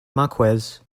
marquess